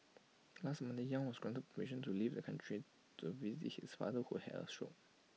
last Monday yang was granted permission to leave the country to visit his father who had A stroke